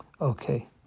Okay